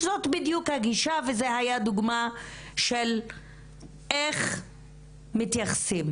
וזאת הייתה דוגמה של איך מתייחסים,